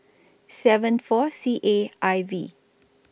seven four C A I V